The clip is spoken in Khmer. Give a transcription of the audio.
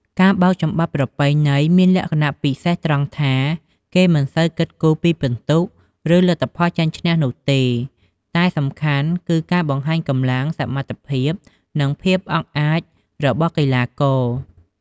ការបោកចំបាប់ប្រពៃណីមានលក្ខណៈពិសេសត្រង់ថា គេមិនសូវគិតគូរពីពិន្ទុ ឬលទ្ធផលចាញ់ឈ្នះនោះទេ តែសំខាន់គឺការបង្ហាញកម្លាំង សមត្ថភាព និងភាពអង់អាចរបស់កីឡាករ។